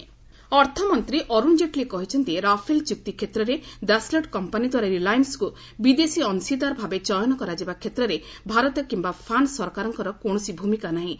Jaitley Hollande ଅର୍ଥମନ୍ତ୍ରୀ ଅରୁଣ କେଟ୍ଲୀ କହିଛନ୍ତି Rafale ଚୁକ୍ତି କ୍ଷେତ୍ରରେ ଦାସଲ୍ଟ୍ କମ୍ପାନୀଦ୍ୱାରା ରିଲାଏନ୍ସକୁ ବିଦେଶୀ ଅଂଶୀଦାର ଭାବେ ଚୟନ କରାଯିବା କ୍ଷେତ୍ରରେ ଭାରତ କିମ୍ବା ପ୍ରାନ୍ସ୍ ସରକାରଙ୍କର କୌଣସି ଭୂମିକା ନାହିଁ